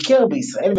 ביקר בישראל,